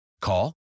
Call